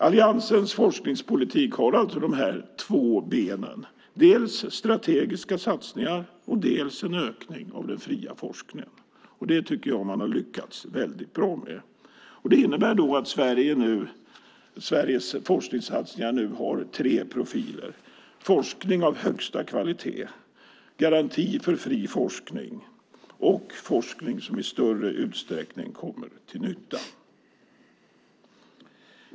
Alliansens forskningspolitik har alltså två ben, dels strategiska satsningar, dels en ökning av den fria forskningen. Det tycker jag att man har lyckats väldigt bra med. Det innebär att Sveriges forskningssatsningar nu har tre profiler: forskning av högsta kvalitet, garanti för fri forskning och forskning som i större utsträckning kommer till nytta.